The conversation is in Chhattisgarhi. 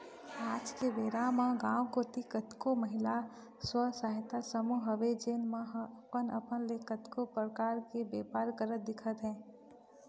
आज के बेरा म गाँव कोती कतको महिला स्व सहायता समूह हवय जेन मन ह अपन अपन ले कतको परकार के बेपार करत दिखत हे